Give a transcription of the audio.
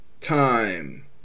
time